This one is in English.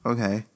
Okay